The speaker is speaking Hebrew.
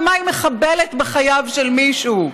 במה היא מחבלת בחייו של מישהו?